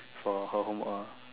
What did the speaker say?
for her homework